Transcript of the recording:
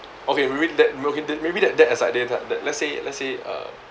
okay we rea~ that we maybe that that let's say let's say uh